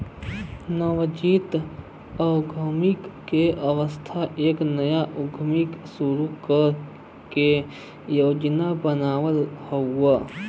नवजात उद्यमी क अर्थ एक नया उद्यम शुरू करे क योजना बनावल हउवे